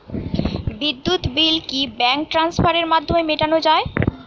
বিদ্যুৎ বিল কি ব্যাঙ্ক ট্রান্সফারের মাধ্যমে মেটানো য়ায়?